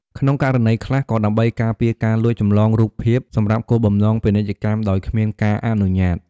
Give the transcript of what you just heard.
ក្នុងករណីខ្លះ ក៏ដើម្បីការពារការលួចចម្លងរូបភាពសម្រាប់គោលបំណងពាណិជ្ជកម្មដោយគ្មានការអនុញ្ញាត។